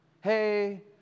Hey